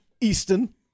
Easton